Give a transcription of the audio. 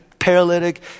paralytic